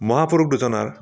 মহাপুৰুষ দুজনাৰ